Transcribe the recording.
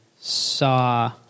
saw